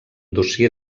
dossier